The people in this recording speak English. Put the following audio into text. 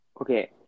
Okay